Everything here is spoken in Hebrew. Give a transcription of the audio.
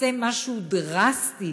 תעשה משהו דרסטי